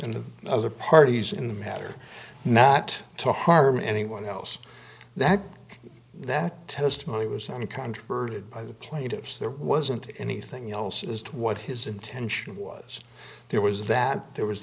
and the other parties in the matter not talk harm anyone else that that testimony was uncontroverted by the plaintiffs there wasn't anything else as to what his intention was there was that there was